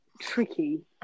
tricky